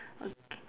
okay